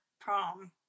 prom